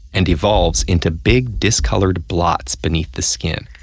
and evolves into big discoloured blots beneath the skin.